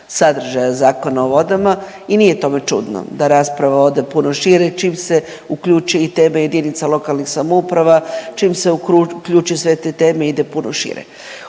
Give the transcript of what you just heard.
sadržaja Zakona o vodama i nije tome čudno da rasprava ode puno šire. Čim se uključi i teme jedinica lokalnih samouprava, čim se uključe sve te teme ide puno šire.